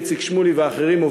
איציק שמולי ואחרים,